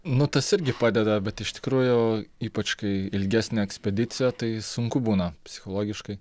nu tas irgi padeda bet iš tikrųjų ypač kai ilgesnė ekspedicija tai sunku būna psichologiškai